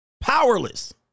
Powerless